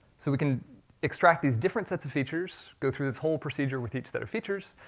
so we can extract these different sets of features, go through this whole procedure with each set of features,